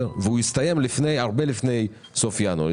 הוא הסתיים הרבה לפני סוף ינואר.